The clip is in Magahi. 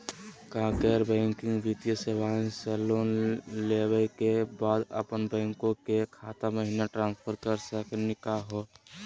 का गैर बैंकिंग वित्तीय सेवाएं स लोन लेवै के बाद अपन बैंको के खाता महिना ट्रांसफर कर सकनी का हो?